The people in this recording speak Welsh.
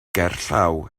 gerllaw